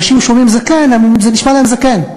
אנשים שומעים "זקן", זה נשמע להם זקן.